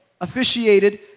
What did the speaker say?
officiated